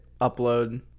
upload